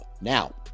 now